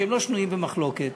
שהם לא שנויים במחלוקת,